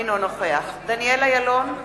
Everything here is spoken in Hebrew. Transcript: אינו נוכח דניאל אילון,